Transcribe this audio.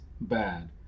bad